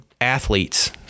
athletes